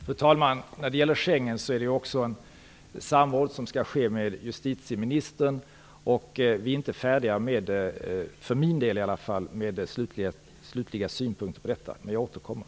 Fru talman! Inför Schengen skall det också ske ett samråd med justitieministern. För min del är jag inte färdig att ha några slutliga synpunkter på detta, men jag återkommer.